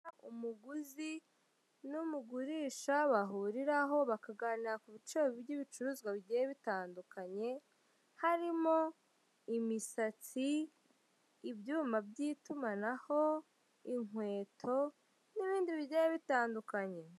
Umuguzi n'umugurisha bahuriraho bakaganira kubiciro by'ibicuruzwa bigiye bitandukanye, harimo imisatsi, ibyuma by'itumanaho, inkweto, n'ibindi bigiye bitandukanye.